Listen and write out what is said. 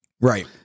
Right